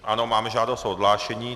Ano, máme žádost o odhlášení.